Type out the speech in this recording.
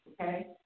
okay